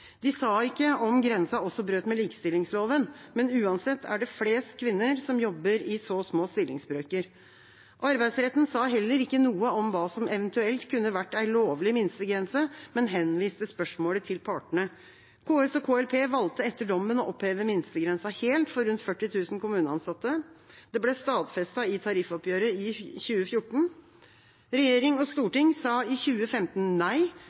De sa ikke om grensa også brøt med likestillingsloven. Uansett er det flest kvinner som jobber i så små stillingsbrøker. Arbeidsretten sa heller ikke noe om hva som eventuelt kunne vært en lovlig minstegrense, men henviste spørsmålet til partene. KS og KLP valgte etter dommen å oppheve minstegrensa helt for rundt 40 000 kommuneansatte. Det ble stadfestet i tariffoppgjøret i 2014. Regjering og storting sa i 2015 nei